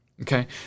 Okay